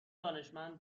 دانشمند